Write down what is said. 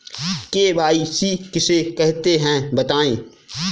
KYC किसे कहते हैं बताएँ?